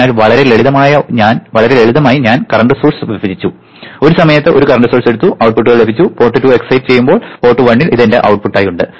അതിനാൽ വളരെ ലളിതമായി ഞാൻ കറന്റ് സോഴ്സ് വിഭജിച്ചു ഒരു സമയത്ത് ഒരു കറന്റ് സോഴ്സ് എടുത്തു ഔട്ട്പുട്ടുകൾ ലഭിച്ചു പോർട്ട് 2 എക്സൈറ്റ് ചെയ്യുമ്പോൾ പോർട്ട് 1 ൽ ഇത് എന്റെ ഔട്ട്പുട്ടായി ഉണ്ട്